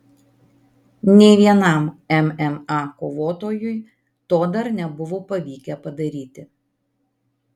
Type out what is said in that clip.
nei vienam mma kovotojui to dar nebuvo pavykę padaryti